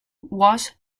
was